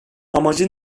amacı